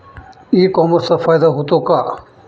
E कॉमर्सचा फायदा होतो का?